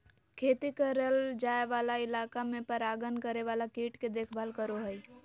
खेती करल जाय वाला इलाका में परागण करे वाला कीट के देखभाल करो हइ